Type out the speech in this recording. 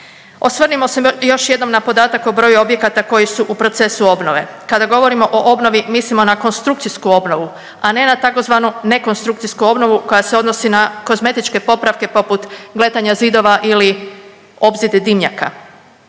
Osvrnimo se još jednom na podatak o broju objekata koji su u procesu obnove. Kada govorimo o obnovi mislimo na konstrukcijsku obnovu, a ne na tzv. ne konstrukcijsku obnovu koja se odnosi na kozmetičke popravke poput gletanja zidova ili obzide dimnjaka.